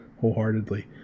wholeheartedly